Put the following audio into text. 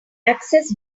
access